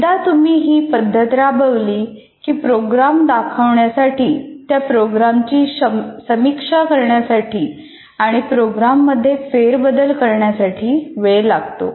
एकदा तुम्ही ही पद्धत राबवली की प्रोग्रॅम दाखवण्यासाठी त्या प्रोग्रामची समीक्षा करण्यासाठी आणि प्रोग्राममध्ये फेरबदल करण्यासाठी वेळ लागतो